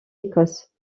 écosse